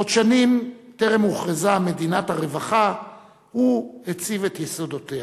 עוד שנים טרם הוכרזה מדינת הרווחה הוא הציב את יסודותיה.